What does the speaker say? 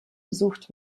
besucht